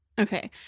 Okay